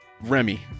remy